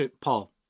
Paul